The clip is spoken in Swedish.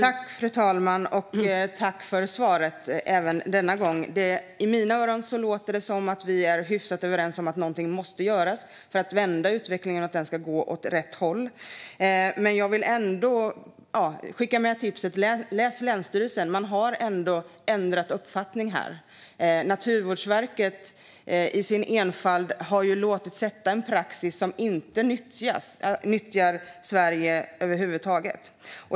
Fru talman! Tack för svaret även denna gång! I mina öron låter det som om vi är hyfsat överens om att någonting måste göras för att vända utvecklingen så att den går åt rätt håll. Jag vill ändå skicka med tipset om länsstyrelsens svar. Man har ändå ändrat uppfattning i detta. Naturvårdsverket har i sin enfald låtit sätta en praxis som inte kommer Sverige till nytta över huvud taget.